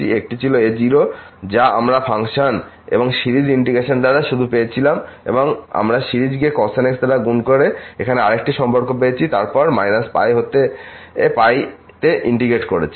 একটি ছিল a0 যা আমরা ফাংশন এবং সিরিজ ইন্টিগ্রেশন দ্বারা শুধু পেয়েছিলাম এবং আমরা সিরিজকে cos nx দ্বারা গুণ করে এখানে আরেকটি সম্পর্ক পেয়েছি এবং তারপর π হাতে ইন্টিগ্রেট করেছি